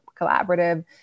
collaborative